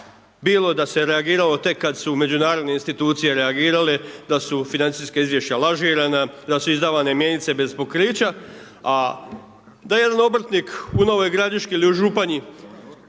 bilo, da se reagiralo tek kad su međunarodne institucije reagirale, da su financijska izvješća lažirana, da su izdavane mjenice bez pokrića. A da jedan obrtnik u Novoj Gradiški ili u Županji